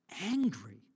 angry